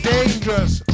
Dangerous